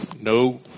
no